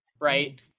right